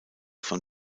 von